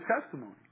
testimony